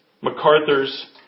MacArthur's